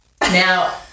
Now